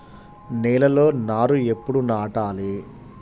నేలలో నారు ఎప్పుడు నాటాలి?